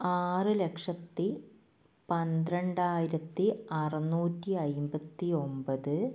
ആറ് ലക്ഷത്തി പന്ത്രണ്ടായിരത്തി അറുനൂറ്റി അമ്പത്തി ഒമ്പത്